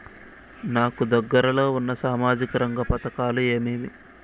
నాకు దగ్గర లో ఉన్న సామాజిక రంగ పథకాలు ఏమేమీ?